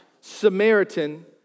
Samaritan